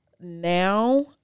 now